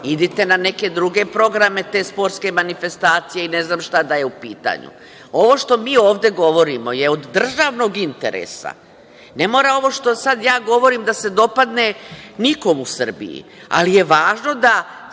Idite na neke druge programe, te sportske manifestacije i ne znam šta da je u pitanju. Ovo što mi ovde govorimo je od državnog interesa. Ne mora ovo što sada ja govorim da se dopadne nikome u Srbiji, ali je važno da